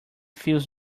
feels